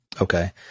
Okay